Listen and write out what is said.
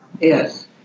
Yes